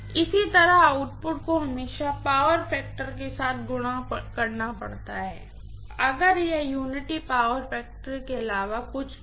इसी तरह आउटपुट को हमेशा पावर फैक्टर के साथ गुणा करना पड़ता है अगर यह एकता पावर फैक्टर के अलावा कुछ भी हो